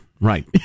Right